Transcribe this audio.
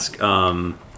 ask